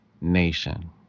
nation